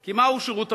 כי מהו שירות המילואים?